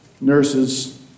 nurses